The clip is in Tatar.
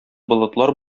болытлар